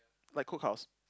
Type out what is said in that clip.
like cookhouse